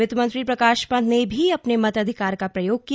वित्त मंत्री प्रकाश पंत ने भी अपने मताअधिकार का प्रयोग किया